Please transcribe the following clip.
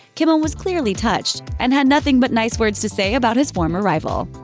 kimmel was clearly touched and had nothing but nice words to say about his former rival.